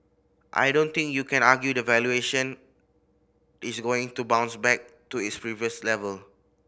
I don't think you can argue that valuation is going to bounce back to its previous level